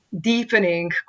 deepening